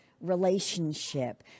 relationship